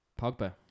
Pogba